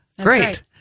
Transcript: Great